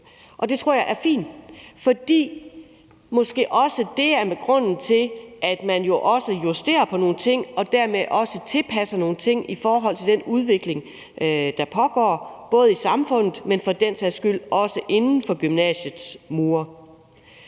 det tror jeg er fint. For det er måske også grunden til, at man justerer på nogle ting og dermed tilpasser nogle ting i forhold til den udvikling, der pågår, både i samfundet, men for den sags skyld også inden for gymnasiets mure.